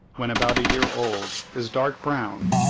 when about a year old, is dark-brown,